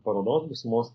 parodos visumos